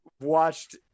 watched